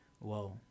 Whoa